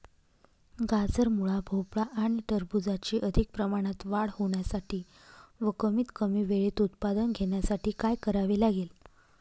गाजर, मुळा, भोपळा आणि टरबूजाची अधिक प्रमाणात वाढ होण्यासाठी व कमीत कमी वेळेत उत्पादन घेण्यासाठी काय करावे लागेल?